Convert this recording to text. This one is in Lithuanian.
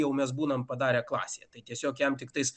jau mes būname padarę klasė tai tiesiog jam tiktais